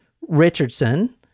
Richardson